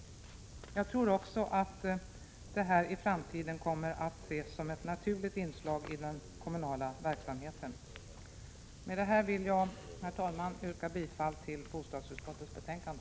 Jag tror också att detta i framtiden kommer att ses som ett naturligt inslag i den kommunala verksamheten. Med detta vill jag, herr talman, yrka bifall till hemställan i bostadsutskottets betänkande.